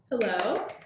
Hello